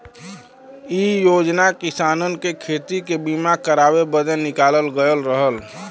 इ योजना किसानन के खेती के बीमा करावे बदे निकालल गयल रहल